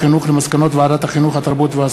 מסקנות ועדת העבודה,